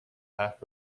half